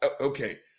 okay